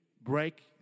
break